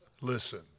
Listen